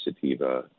sativa